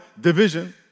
division